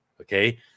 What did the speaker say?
Okay